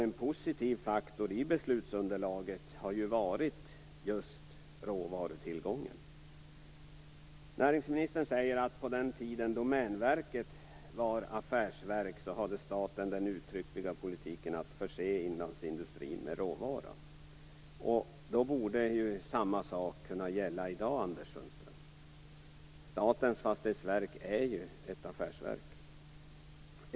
En positiv faktor i beslutsunderlaget har ju varit just råvarutillgången. Näringsministern säger att på den tiden Domänverket var affärsverk hade staten den uttryckliga politiken att förse inlandsindustrin med råvara. Då borde ju samma sak kunna gälla i dag, Anders Sundström. Statens fastighetsverk är ju ett affärsverk.